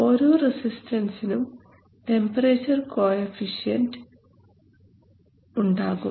ഓരോ റെസിസ്റ്റൻസിനും temperature coefficient ഉണ്ടാകും